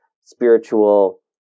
spiritual